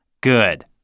Good